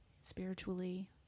spiritually